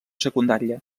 secundària